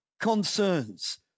concerns